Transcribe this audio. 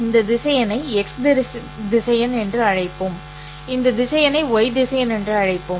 இந்த திசையனை ́x திசையன் என்று அழைப்போம் இந்த திசையனை y திசையன் என்று அழைப்போம்